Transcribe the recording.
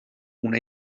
una